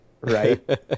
Right